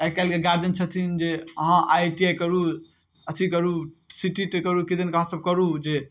आइकाल्हिके गार्जियन छथिन जे अहाँ आई टी आई करू अथी करू सी टी टी करू किदन कहाँ सब करू जे